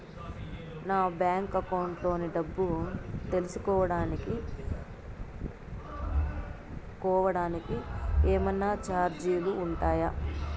నా bank account లోని డబ్బు తెలుసుకోవడానికి కోవడానికి ఏమన్నా చార్జీలు ఉంటాయా?